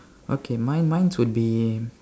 okay mine mine's would be